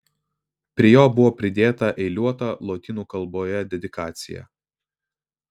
prie jo buvo pridėta eiliuota lotynų kalboje dedikacija